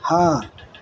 ہاں